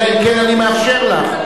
אלא אם כן אני מאשר לך.